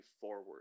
forward